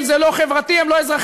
חבר הכנסת מיקי לוי,